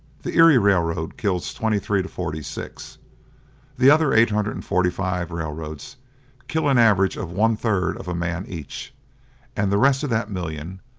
the erie railroad kills twenty three to forty six the other eight hundred and forty five railroads kill an average of one-third of a man each and the rest of that million,